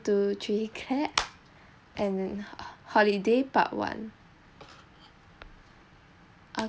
two three clap and holiday part one